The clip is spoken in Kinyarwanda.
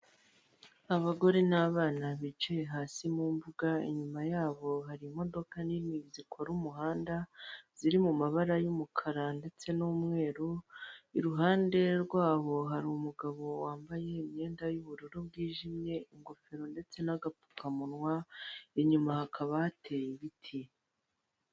Abagore n'abana bicaye hasi mu mbuga, inyuma yabo hari imodoka nini zikora umuhanda ziri mu mabara y'umukara ndetse n'umweru, iruhande rwabo hari umugabo wambaye imyenda y'ubururu bwijimye, indofero ndetse n'agapfukamunwa inyuma hakaba hateye ibiti.